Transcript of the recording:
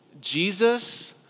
Jesus